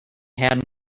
had